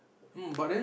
hmm but then